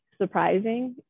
surprising